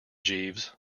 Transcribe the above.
jeeves